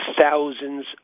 thousands